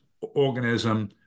organism